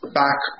back